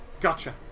Gotcha